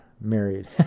married